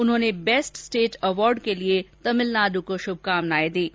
उन्होंने best state award के लिए तमिलनाडु को शुभकामनाएं दीं